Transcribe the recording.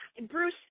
Bruce